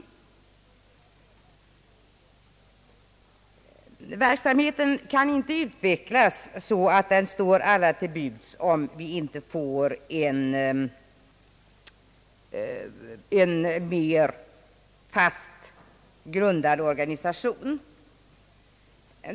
Verksamheten kan inte utvecklas så att den står alla till buds, om vi inte får en fastare grundad organisation.